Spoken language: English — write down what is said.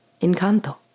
Encanto